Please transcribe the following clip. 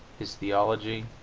his theology,